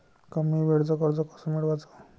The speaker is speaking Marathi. कमी वेळचं कर्ज कस मिळवाचं?